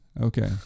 okay